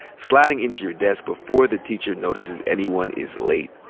sliding into your desk before the teacher notices anyone is late.